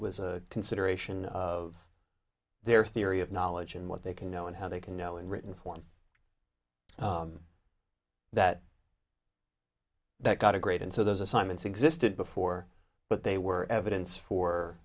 was a consideration of their theory of knowledge and what they can know and how they can know in written form that that got a great and so those assignments existed before but they were evidence for